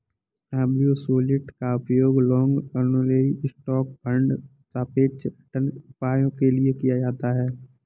absolute का उपयोग long only stock fund सापेक्ष रिटर्न उपायों के लिए किया जाता है